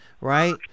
right